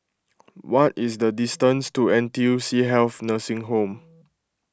what is the distance to N T U C Health Nursing Home